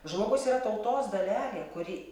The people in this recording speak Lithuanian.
žmogus yra tautos dalelė kuri